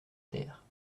terres